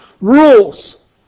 rules